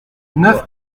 neuf